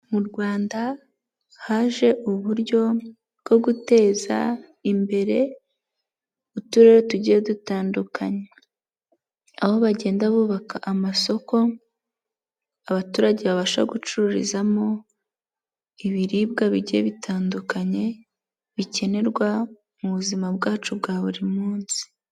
Mu Rwanda haje uburyo bwo guteza imbere Uturere tugiye dutandukanye, aho bagenda bubaka amasoko abaturage babasha gucururizamo, ibiribwa bigiye bitandukanye bikenerwa mu buzima bwacu bwa buri munsi.